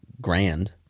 Grand